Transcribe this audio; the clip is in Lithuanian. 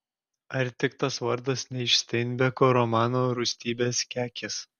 ar tik tas vardas ne iš steinbeko romano rūstybės kekės